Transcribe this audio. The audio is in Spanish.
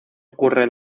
ocurre